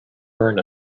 burn